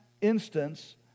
instance